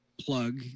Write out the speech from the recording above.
plug